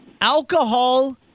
alcohol